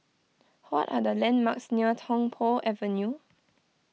what are the landmarks near Tung Po Avenue